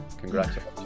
congratulations